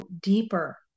deeper